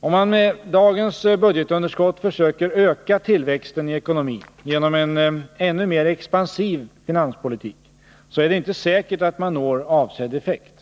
Om man med dagens budgetunderskott försöker öka tillväxten i ekonomin genom en ännu mer expansiv finanspolitik är det inte säkert att man når avsedd effekt.